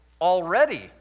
already